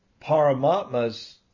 Paramatmas